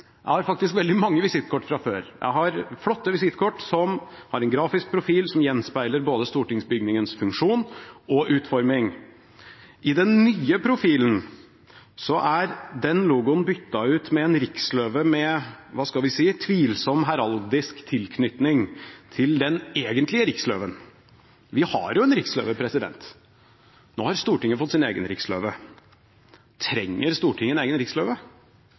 faktisk veldig mange, flotte visittkort med en grafisk profil som gjenspeiler stortingsbygningens funksjon og utforming. I den nye profilen er den logoen byttet ut med en riksløve med, hva skal vi si, tvilsom heraldisk til knytning til den egentlige riksløven. Vi har en riksløve, men nå har Stortinget fått sin egen riksløve. Trenger Stortinget det? Hvor mye kostet det å lage en egen riksløve